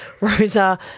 Rosa